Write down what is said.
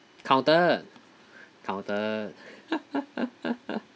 counted counted